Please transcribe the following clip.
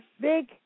Big